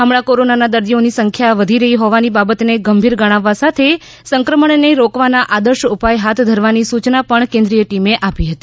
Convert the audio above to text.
હમણાં કોરોનાના દર્દીઓની સંખ્યામાં વધી રહી હોવાની બાબતને ગંભીર ગણાવવા સાથે સંક્રમણને રોકવાના આદર્શ ઉપાય હાથ ધરવાની સૂચના કેન્દ્રિય ટીમે આપી હતી